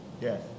Yes